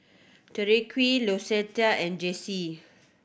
Tyrique Lucetta and Jaycie